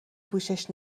پوشش